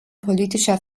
politischer